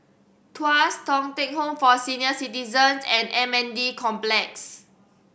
Tuas Thong Teck Home for Senior Citizens and M N D Complex